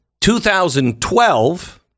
2012